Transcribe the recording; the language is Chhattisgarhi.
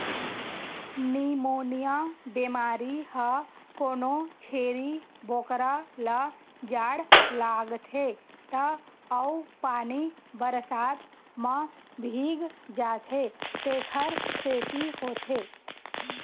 निमोनिया बेमारी ह कोनो छेरी बोकरा ल जाड़ लागथे त अउ पानी बरसात म भीग जाथे तेखर सेती होथे